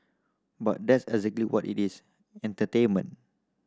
but that's exactly what it is entertainment